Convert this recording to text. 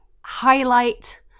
highlight